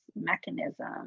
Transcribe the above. mechanism